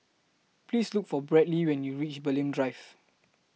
Please Look For Bradly when YOU REACH Bulim Drive